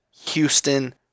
Houston